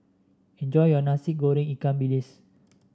enjoy your Nasi Goreng Ikan Bilis